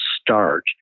start